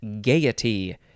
gaiety